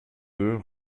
deux